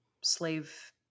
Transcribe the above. slave